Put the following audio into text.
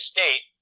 State